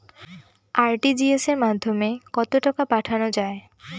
RTGS এর মাধ্যমে কত টাকা পাঠানো যায়?